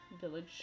village